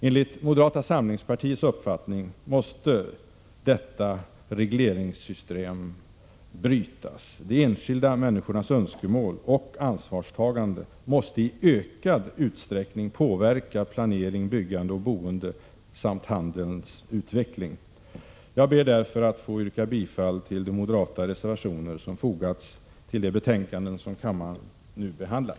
Enligt moderata samlingspartiets uppfattning måste detta regleringssystem brytas. De enskilda människornas önskemål och ansvarstagande måste i ökad utsträckning påverka planering, byggande och boende samt handelns utveckling. Jag ber därför att få yrka bifall till de moderata reservationer som fogats till de betänkanden som kammaren nu behandlar.